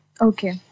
Okay